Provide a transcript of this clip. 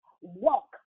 walk